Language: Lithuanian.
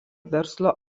verslo